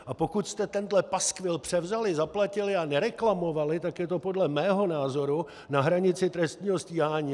A pokud jste tenhle paskvil převzali, zaplatili a nereklamovali, tak je to podle mého názoru na hranici trestního stíhání.